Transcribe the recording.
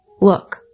Look